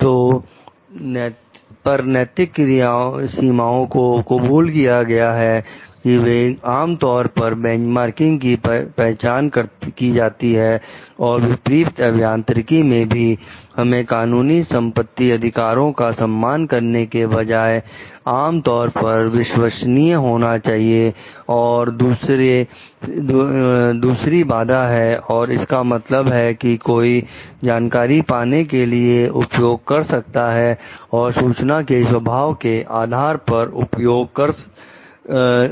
तो व्रत और पर नैतिक सीमाओं को कुबूल किया गया है कि वे आमतौर पर बेंचमार्किंग में पहचानी जाती हैं और विपरीत अभियांत्रिकी में भी हमें कानूनी संपत्ति अधिकारों का सम्मान करने के बजाय आम तौर पर विश्वसनीय होना चाहिए और दूसरे दूसरी बाधा है और इसका मतलब है कोई जानकारी पाने के लिए उपयोग कर सकता है और सूचना के स्वभाव के आधार पर उपयोग कर